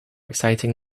exciting